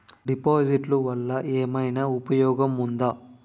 డిపాజిట్లు వల్ల ఏమైనా ఉపయోగం ఉందా?